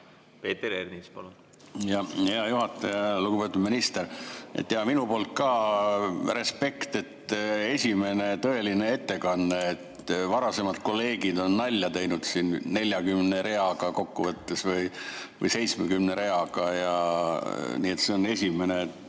aasta võis olla? Hea juhataja! Lugupeetud minister! Minu poolt ka respekt, et esimene tõeline ettekanne. Varasemad kolleegid on nalja teinud siin 40 reaga, kokku võttes, või 70 reaga. Nii et see on esimene